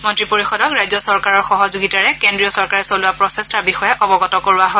মন্ত্ৰী পৰিষদক ৰাজ্য চৰকাৰৰ সহযোগিতাৰে কেন্দ্ৰীয় চৰকাৰে চলোৱা প্ৰচেষ্টাৰ বিষয়ে অৱগত কৰোৱা হয়